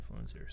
influencers